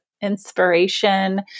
inspiration